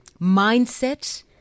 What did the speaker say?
mindset